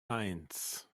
eins